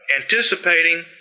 anticipating